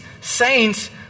saints